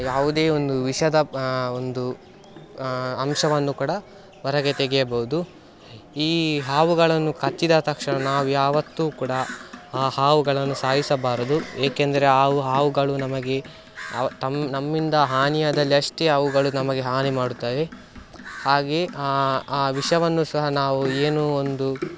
ಯಾವುದೇ ಒಂದು ವಿಷದ ಒಂದು ಅಂಶವನ್ನು ಕೂಡ ಹೊರಗೆ ತೆಗೆಯಬಹ್ದು ಈ ಹಾವುಗಳನ್ನು ಕಚ್ಚಿದ ತಕ್ಷಣ ನಾವು ಯಾವತ್ತೂ ಕೂಡ ಆ ಹಾವುಗಳನ್ನು ಸಾಯಿಸಬಾರದು ಏಕೆಂದರೆ ಹಾವು ಹಾವುಗಳು ನಮಗೆ ನ ತಮ್ಮ ನಮ್ಮಿಂದ ಹಾನಿಯಾದಲ್ಲಿ ಅಷ್ಟೇ ಅವುಗಳು ನಮಗೆ ಹಾನಿ ಮಾಡುತ್ತದೆ ಹಾಗೆ ಆ ವಿಷವನ್ನು ಸಹ ನಾವು ಏನು ಒಂದು